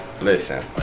Listen